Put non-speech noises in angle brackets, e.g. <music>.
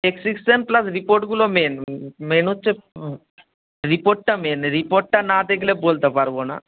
prescription plus রিপোর্টগুলো main main হচ্ছে <unintelligible> রিপোর্টটা মেন রিপোর্টটা না দেখলে বলতে পারব না